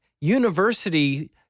university